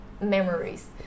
memories